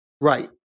right